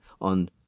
on